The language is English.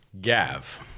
gav